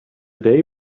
day